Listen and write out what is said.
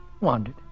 wandered